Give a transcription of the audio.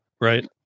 Right